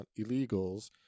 illegals